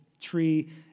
tree